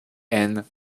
and